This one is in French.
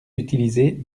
utiliser